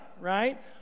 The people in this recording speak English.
right